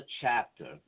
chapter